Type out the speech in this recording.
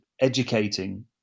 educating